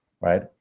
right